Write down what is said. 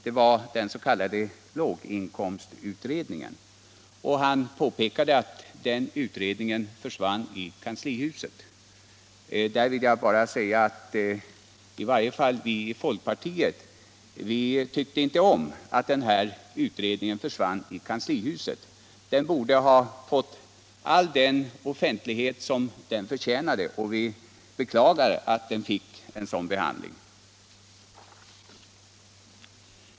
Det var den s.k. låginkomstutredningen. Han påpekade att den utredningen försvann i kanslihuset. I varje fall tyckte vi i folkpartiet inte om att denna utredning försvann. Den borde ha fått all den offentlighet som den förtjänade. Vi beklagar att den fick en sådan här behandling.